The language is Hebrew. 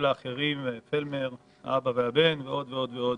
פלמר האבא והבן, ועוד ועוד ועוד